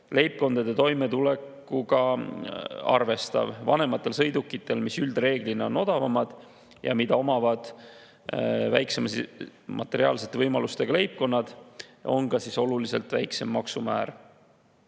leibkondade toimetulekuga: vanematel sõidukitel, mis üldreeglina on odavamad ja mida omavad väiksemate materiaalsete võimalustega leibkonnad, on ka oluliselt väiksem maksumäär.